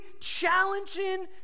challenging